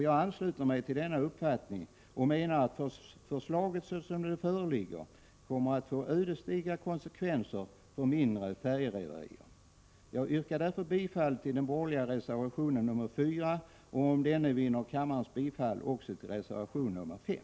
Jag ansluter mig till denna uppfattning och menar att förslaget såsom det föreligger kommer att få ödesdigra konsekvenser för mindre färjerederier. Jag yrkar därför bifall till den borgerliga reservationen 4 och, om denna vinner kammarens bifall, också till reservation 5.